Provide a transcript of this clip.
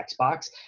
Xbox